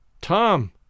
Tom